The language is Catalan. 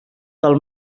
del